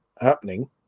happening